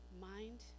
mind